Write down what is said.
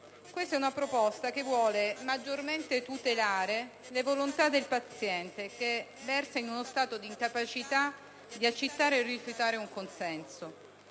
Questa è una proposta che vuole tutelare maggiormente la volontà del paziente che versa in uno stato d'incapacità di accettare o rifiutare un consenso.